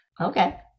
okay